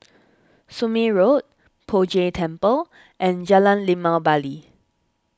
Somme Road Poh Jay Temple and Jalan Limau Bali